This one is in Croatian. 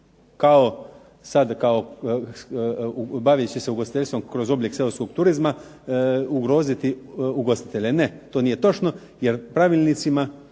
sad kao bavit se ugostiteljstvom kroz oblik seoskog turizma ugroziti ugostitelje. Ne, to nije točno jer pravilnicima